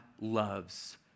loves